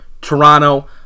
Toronto